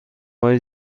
های